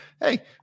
Hey